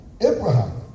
Abraham